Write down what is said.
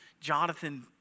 Jonathan